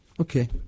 okay